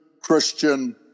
Christian